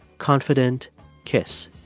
confident kiss.